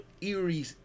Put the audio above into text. eerie